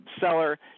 seller